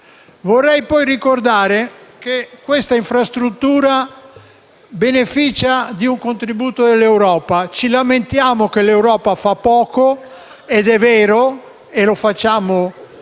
Vorrei, poi, ricordare che questa infrastruttura beneficia di un contributo dell'Europa. Ci lamentiamo che l'Europa fa poco - ed è vero e lo diciamo con